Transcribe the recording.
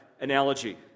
analogy